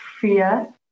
fear